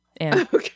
Okay